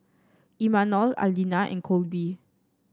Imanol Aleena and Colby